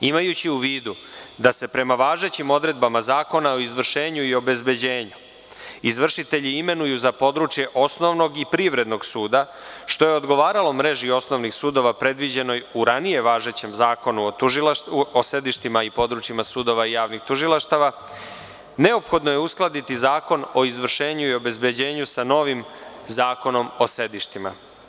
Imajući u vidu da se prema važećim odredbama Zakona o izvršenju i obezbeđenju izvršitelji imenuju za područje osnovnog i privrednog suda, što je odgovaralo mreži osnovnih sudova predviđenoj u ranije važećem Zakonu o sedištima i područjima sudova i javnih tužilaštava, neophodno je uskladiti Zakon o izvršenju i obezbeđenju sa novim Zakonom o sedištima.